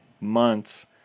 months